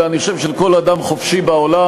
אלא אני חושב של כל אדם חופשי בעולם,